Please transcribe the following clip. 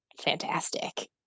fantastic